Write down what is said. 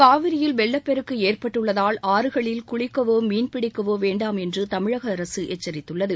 காவிரியில் வெள்ளப்பெருக்கு ஏற்பட்டுள்ளதால் ஆறுகளில் குளிக்கவோ மீன்பிடிக்கவோ வேண்டாம் என்று தமிழக அரசு எச்சரித்துள்ளது